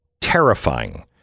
terrifying